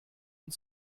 und